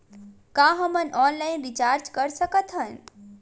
का हम online recharge कर सकत हन?